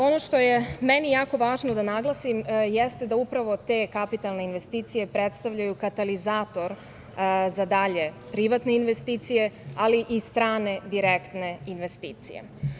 Ono što je meni jako važno da naglasim jeste da upravo te kapitalne investicije predstavljaju katalizator za dalje privatne investicije, ali i strane direktne investicije.